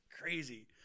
Crazy